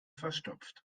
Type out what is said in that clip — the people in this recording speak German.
verstopft